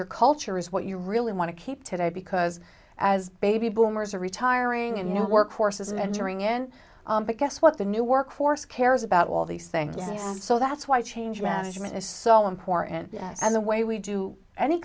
your culture is what you really want to keep today because as baby boomers are retiring and you know work forces and entering in that guess what the new workforce cares about all these things so that's why change management is so important as a way we do any